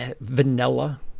Vanilla